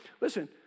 listen